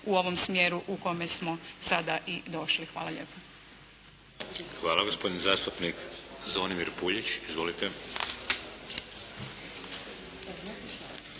u ovom smjeru u kome smo sada i došli. Hvala lijepo. **Šeks, Vladimir (HDZ)** Hvala. Gospodin zastupnik Zvonimir Puljić. Izvolite.